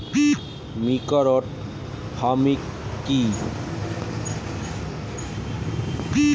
Mixed farming কি?